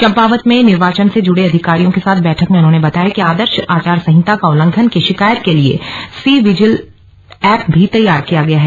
चंपावत में निर्वाचन से जुड़े अधिकारियों के साथ बैठक में उन्होंने बताया कि आदर्श आचार संहिता का उल्लंघन की शिकायत के लिए सी विजिल ऐप भी तैयार किया गया है